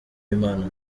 impano